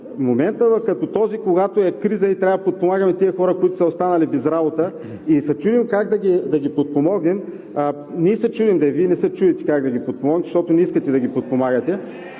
момент като този, когато е криза и трябва да подпомагаме тези хора, които са останали без работа, и се чудим как да ги подпомогнем… Ние се чудим де, Вие не се чудите как да ги подпомогнете, защото не искате да ги подпомагате…